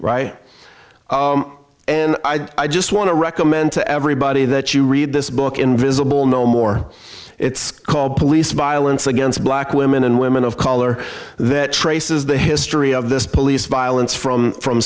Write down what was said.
and i just want to recommend to everybody that you read this book invisible no more it's called police violence against black women and women of color that traces the history of this police violence from from